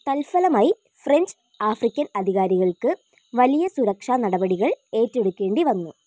തൽഫലമായി French African അധികാരികൾക്ക് വലിയ സുരക്ഷാനടപടികൾ ഏറ്റെടുക്കേണ്ടി വന്നു